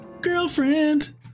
Girlfriend